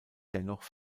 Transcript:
dennoch